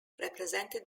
represented